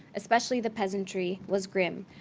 especially the peasantry, was grim,